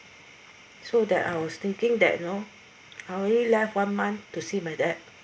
so that I was thinking that you know I only left one month to see my dad